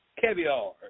caviar